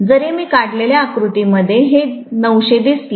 जरी मी काढलेल्या आकृतीमध्ये हे 900 दिसले